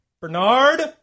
Bernard